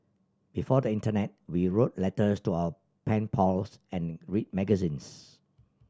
before the internet we wrote letters to our pen pals and read magazines